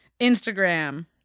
instagram